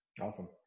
Awesome